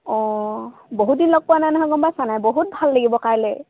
অঁ বহু দিন লগ পোৱা নাই নহয় গ'ম পাইছা নাই বহুত ভাল লাগিব কাইলৈ